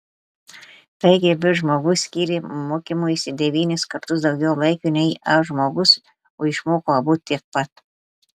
taigi b žmogus skyrė mokymuisi devynis kartus daugiau laiko nei a žmogus o išmoko abu tiek pat